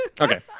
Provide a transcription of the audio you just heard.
Okay